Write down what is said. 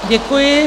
Děkuji.